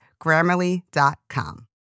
grammarly.com